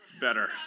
better